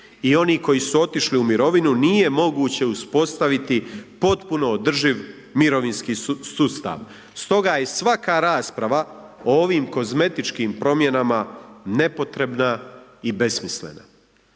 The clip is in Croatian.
i onih koji su otišli u mirovinu nije moguće uspostaviti potpuno održiv mirovinski sustav. Stoga je svaka rasprava o ovim kozmetičkim promjenama nepotrebna i besmislena.